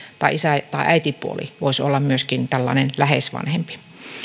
tai isä tai äitipuoli voisivat olla myöskin tällaisia läheisvanhempia